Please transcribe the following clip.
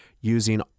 using